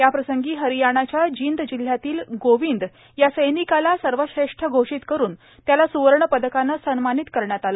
याप्रसंगी हरियाणाच्या जिंद जिल्हयातील गोविंद या सैनिकाला सर्वश्रेष्ठ घोषित करून स्वर्ण पदकानं सन्मानित करण्यात आलं